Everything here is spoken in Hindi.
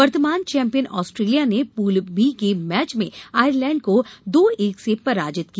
वर्तमान चैंपियन ऑस्ट्रेलिया ने पूल बी के मैच में आयरलैंड को दो एक से पराजित किया